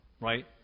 right